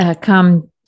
come